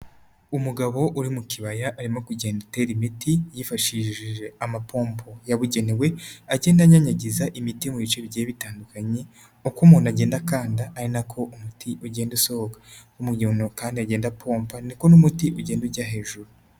Umugabo uri mu kibaya arimo kugenda atera imiti yifashishije amapombo yabugenewe agenda anyanyagiza imiti mu bice bigiye bitandukanye uko umuntu agendaka ari nako umuti ugenda usohoka, nko mugihe kandi agenda apomba niko n'umuti ugenda ujya hejuru.